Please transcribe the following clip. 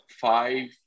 five